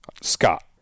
Scott